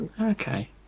Okay